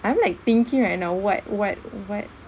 I'm like thinking right you what what what